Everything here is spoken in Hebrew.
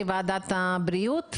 לוועדת הבריאות,